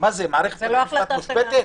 ובאמצע יש גם חיטוי.